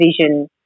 vision